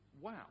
wow